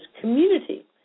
community